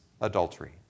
adultery